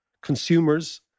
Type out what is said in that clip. consumers